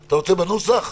אתה רוצה להציע בנוסח?